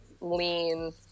lean